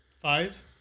Five